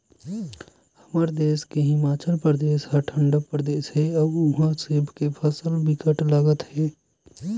हमर देस के हिमाचल परदेस ह ठंडा परदेस हे अउ उहा सेब के फसल बिकट लगाथे गा